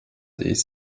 his